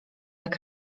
jak